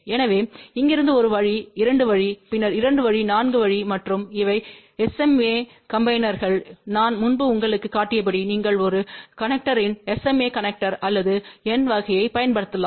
எனவே இங்கிருந்து ஒரு வழி 2 வழி பின்னர் 2 வழி 4 வழி மற்றும் இவை SMA காம்பிநேர்கள் நான் முன்பு உங்களுக்குக் காட்டியபடி நீங்கள் ஒரு கனெக்டர்யின் SMA கனெக்டர் அல்லது N வகையைப் பயன்படுத்தலாம்